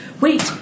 wait